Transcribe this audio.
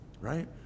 Right